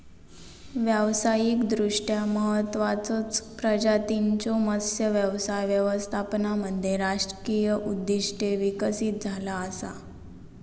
व्यावसायिकदृष्ट्या महत्त्वाचचो प्रजातींच्यो मत्स्य व्यवसाय व्यवस्थापनामध्ये राजकीय उद्दिष्टे विकसित झाला असा